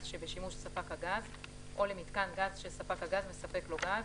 שבשימוש ספק הגז או למיתקן גז שספק הגז מספק לו גז,